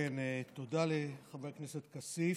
תודה לחבר הכנסת כסיף.